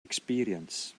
experience